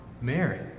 Mary